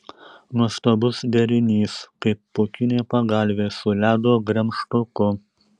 nuostabus derinys kaip pūkinė pagalvė su ledo gremžtuku